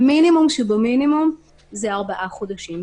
המינימום שבמינימום זה ארבעה חודשים.